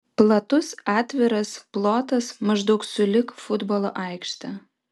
platus atviras plotas maždaug sulig futbolo aikšte